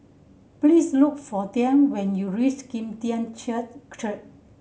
please look for Tiney when you reach Kim Tian